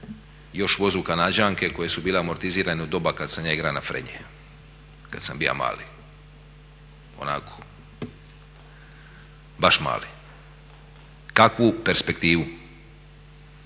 još vozu kanađanke koje su bile amortizirane u doba kada sam ja igra na frenje, kada sam bia mali, onako baš mali. Kakvu perspektivu